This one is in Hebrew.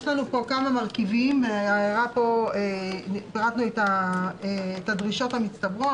יש פה כמה מרכיבים, ופירטנו את הדרישות המצטברות.